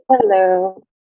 Hello